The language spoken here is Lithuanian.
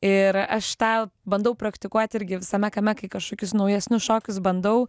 ir aš tą bandau praktikuot irgi visame kame kai kažkokius naujesnius šokius bandau